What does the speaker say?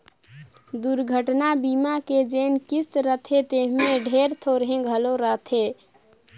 दुरघटना बीमा के जेन किस्त रथे तेम्हे ढेरे थोरहें घलो रहथे